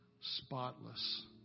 spotless